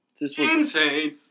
insane